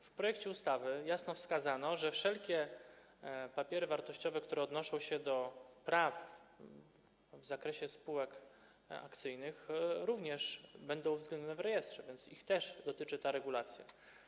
W projekcie ustawy jasno wskazano, że wszelkie papiery wartościowe, które odnoszą się do praw w zakresie spółek akcyjnych, będą uwzględnione w rejestrze, a więc ich też dotyczy ta regulacja.